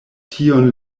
tion